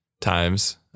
times